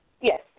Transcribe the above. Yes